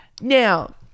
Now